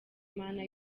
mana